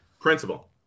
principle